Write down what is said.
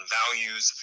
values